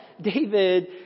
David